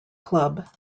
club